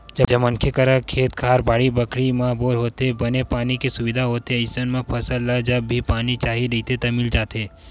जब मनखे करा खेत खार, बाड़ी बखरी म बोर होथे, बने पानी के सुबिधा होथे अइसन म फसल ल जब भी पानी चाही रहिथे त मिल जाथे